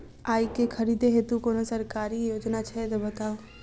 आइ केँ खरीदै हेतु कोनो सरकारी योजना छै तऽ बताउ?